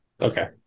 okay